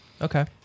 Okay